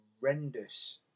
horrendous